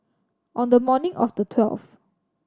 on the morning of the twelfth